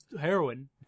heroin